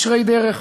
ישרי דרך,